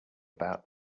about